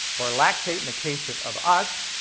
or lactate, in the case of of us.